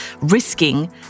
risking